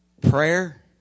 prayer